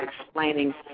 explaining